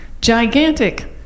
Gigantic